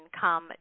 come